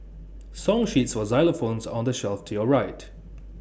song sheets for xylophones are on the shelf to your right